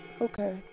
okay